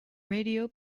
radio